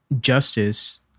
justice